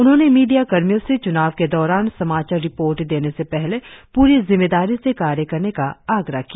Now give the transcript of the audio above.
उन्होंने मीडिया कर्मियों से चुनाव के दौरान समाचार रिपोर्ट देने से पहले पूरी जिम्मेदारी से कार्य करने का आग्रह किया